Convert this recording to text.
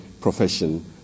profession